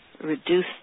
reduce